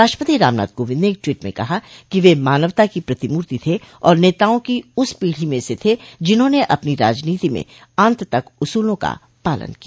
राष्ट्रपति रामनाथ कोविंद ने एक ट्वीट में कहा कि वे मानवता की प्रतिमूर्ति थे और नेताओं की उस पीढ़ी से थे जिन्होंने अपनी राजनीति में अंत तक उसूलों का पालन किया